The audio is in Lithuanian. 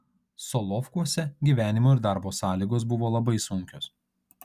solovkuose gyvenimo ir darbo sąlygos buvo labai sunkios